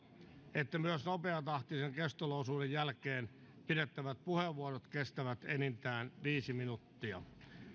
että myös nopeatahtisen keskusteluosuuden jälkeen pidettävät puheenvuorot kestävät enintään viisi minuuttia